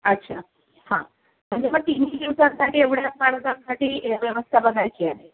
अच्छा हां म्हणजे मग तिन्ही दिवसांसाठी एवढ्याच माणसांंसाठी व्यवस्था बघायची आहे